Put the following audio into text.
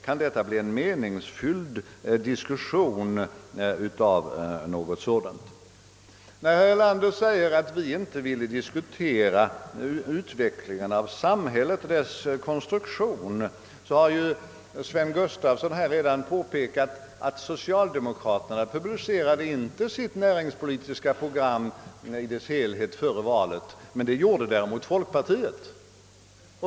Kan det bli en meningsfylld diskussion av något sådant? Herr Erlander säger att vi inte ville diskutera utvecklingen av samhället och dess konstruktion. Sven Gustafson i Göteborg har emellertid redan påpekat att socialdemokraterna själva inte publicerade sitt näringspolitiska program i dess helhet före valet, vilket vi däremot gjorde i folkpartiet.